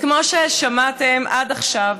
וכמו ששמעתם עד עכשיו,